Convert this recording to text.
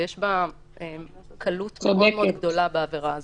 ויש בה קלות מאוד מאוד גדולה בעבירה הזאת.